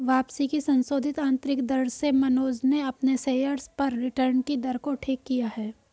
वापसी की संशोधित आंतरिक दर से मनोज ने अपने शेयर्स पर रिटर्न कि दर को ठीक किया है